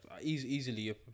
easily